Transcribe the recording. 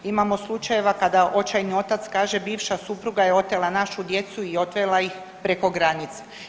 Imamo slučajeva kada očajni otac kaže bivša supruga je otela našu djecu i odvela ih preko granice.